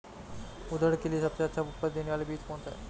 उड़द के लिए सबसे अच्छा उपज देने वाला बीज कौनसा है?